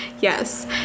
Yes